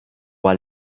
għal